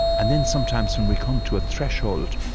and then, sometimes, when we come to a threshold,